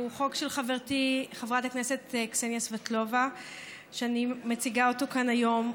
שהוא חוק של חברתי חברת הכנסת קסניה סבטלובה ואני מציגה אותו כאן היום,